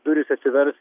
durys atsivers